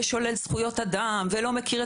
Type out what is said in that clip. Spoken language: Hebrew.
נבדקו ולא הביאו